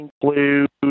include